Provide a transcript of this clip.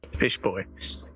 Fishboy